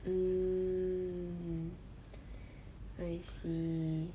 mm I see